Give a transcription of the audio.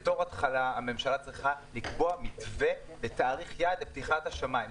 בתור התחלה הממשלה צריכה לקבוע מתווה ותאריך יעד לפתיחת השמיים.